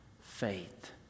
faith